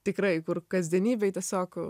tikrai kur kasdienybėj tiesiog